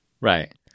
Right